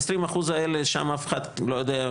העשרים אחוז האלה אף אחד לא יודע,